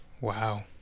wow